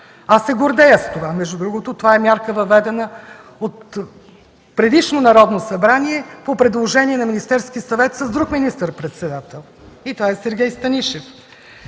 Аз се гордея с това”. Между другото, това е мярка, въведена от предишно Народно събрание по предложение на Министерския съвет с друг министър-председател – Сергей Станишев.